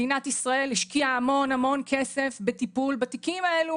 מדינת ישראל השקיעה המון כסף בטיפול בתיקים האלו.